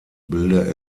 bilde